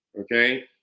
Okay